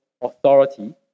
authority